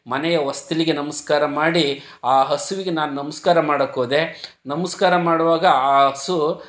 ಮನೆಯ ಹೊಸ್ತಿಲಿಗೆ ನಮಸ್ಕಾರ ಮಾಡಿ ಆ ಹಸುವಿಗೆ ನಾನು ನಮಸ್ಕಾರ ಮಾಡಕ್ಕೆ ಹೋದೆ ನಮಸ್ಕಾರ ಮಾಡುವಾಗ ಆ ಹಸು